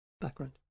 background